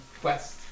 quest